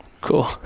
Cool